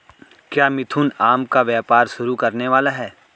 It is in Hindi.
क्या मिथुन आम का व्यापार शुरू करने वाला है?